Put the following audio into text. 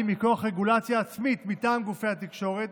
מכוח רגולציה עצמית מטעם גופי התקשורת,